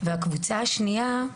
והשנייה,